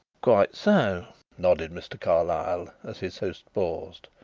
quite so nodded mr. carlyle, as his host paused.